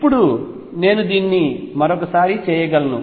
ఇప్పుడు నేను దీన్ని మరొకసారి చేయగలను